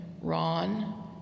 Ron